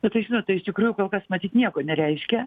nu tai žinot tai ištikrųjų kol kas matyt nieko nereiškia